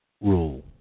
rule